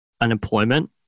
unemployment